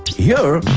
here,